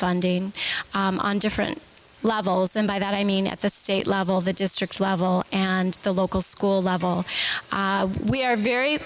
funding on different levels and by that i mean at the state level the district level and the local school level we are very